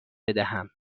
بدهم